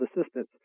assistance